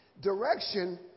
Direction